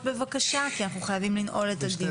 בבקשה כי אנחנו חייבים לנעול את הדיון.